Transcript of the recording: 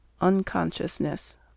unconsciousness